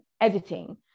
editing